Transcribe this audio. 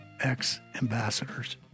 Ex-ambassadors